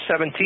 17